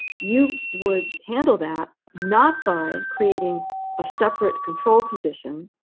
you would handle that not by creating a separate control condition,